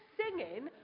singing